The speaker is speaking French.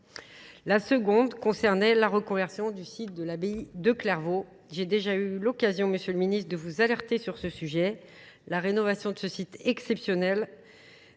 La seconde concernait la reconversion du site de l'abbaye de Clairvaux. J'ai déjà eu l'occasion, Monsieur le Ministre, de vous alerter de vous alerter sur ce sujet, la rénovation de ce site exceptionnel